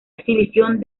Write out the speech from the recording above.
exhibición